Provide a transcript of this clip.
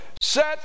Set